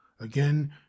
again